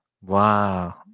Wow